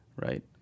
right